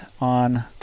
on